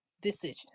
decision